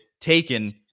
taken